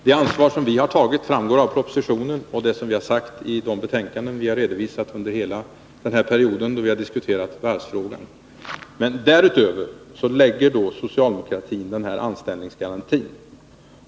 Det ansvar som vi har tagit framgår av propositionen och av vad vi sagt i de betänkanden som redovisats under hela den period då vi diskuterade varvsfrågan. Socialdemokratin talar om en anställningsgaranti.